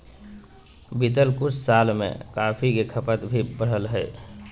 बीतल कुछ साल में कॉफ़ी के खपत भी बढ़लय हें